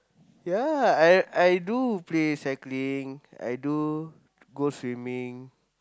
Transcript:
ya I I do play cycling I do go swimming